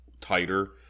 tighter